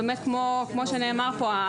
כמו שנאמר פה,